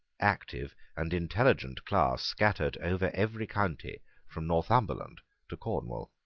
active, and intelligent class scattered over every county from northumberland to cornwall.